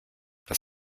das